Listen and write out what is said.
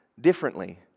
differently